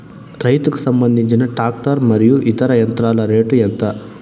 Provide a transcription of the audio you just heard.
రైతుకు సంబంధించిన టాక్టర్ మరియు ఇతర యంత్రాల రేటు ఎంత?